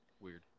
weird